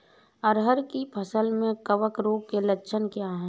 अरहर की फसल में कवक रोग के लक्षण क्या है?